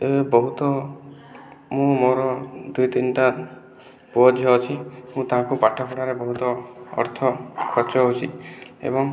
ଏବେ ବହୁତ ମୁଁ ମୋର ଦୁଇ ତିନିଟା ପୁଅ ଝିଅ ଅଛି ମୁଁ ତାଙ୍କୁ ପାଠ ପଢ଼ାରେ ବହୁତ ଅର୍ଥ ଖର୍ଚ୍ଚ ହେଉଛି ଏବଂ